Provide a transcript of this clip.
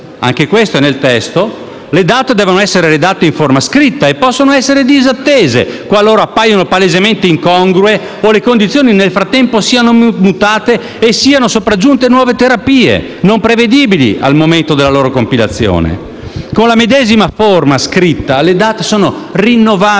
anche questo è previsto nel testo - le DAT devono essere redatte in forma scritta e possono essere disattese qualora appaiano palesemente incongrue o se nel frattempo le condizioni siano mutate e siano sopraggiunte nuove terapie, non prevedibili al momento della loro compilazione. Con la medesima forma scritta le DAT sono rinnovabili,